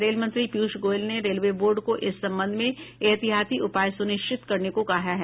rail मंत्री पीयूष गोयल ने railway board को इस संबंध में ऐहतियाती उपाय सुनिश्चित करने को कहा है